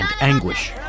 anguish